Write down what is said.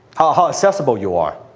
ah accessible you are,